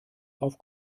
auf